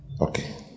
Okay